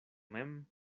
mem